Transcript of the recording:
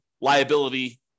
liability